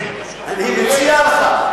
אני מציע לך,